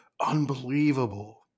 unbelievable